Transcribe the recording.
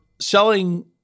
selling